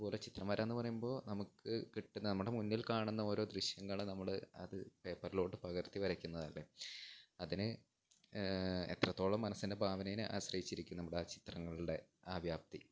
അതുപോലെ ചിത്രംവരയെന്ന് പറയുമ്പോള് നമുക്ക് കിട്ടുന്ന നമ്മുടെ മുന്നിൽ കാണുന്ന ഓരോ ദൃശ്യങ്ങള് നമ്മള് അത് പേപ്പറിലേക്ക് പകർത്തി വരയ്ക്കുന്നതല്ലേ അതിന് എത്രത്തോളം മനസ്സിൻ്റെ ഭാവനയെ ആശ്രയിച്ചിരിക്കും നമ്മുടെ ആ ചിത്രങ്ങളുടെ ആ വ്യാപ്തി